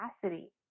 capacity